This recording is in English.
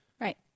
Right